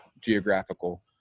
geographical